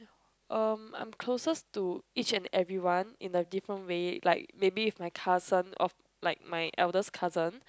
um I'm closest to each and everyone in a different way like maybe if my cousin of like my eldest cousin